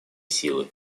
силы